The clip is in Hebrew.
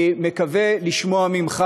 אני מקווה לשמוע ממך.